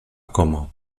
como